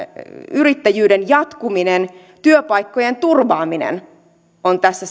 yrittäjyyden jatkuminen työpaikkojen turvaaminen ovat tässä